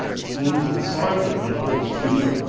flows through the sides of the porous tube,